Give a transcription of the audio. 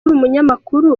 umunyakuri